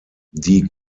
die